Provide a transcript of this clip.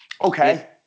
okay